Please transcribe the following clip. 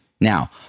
Now